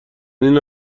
اینو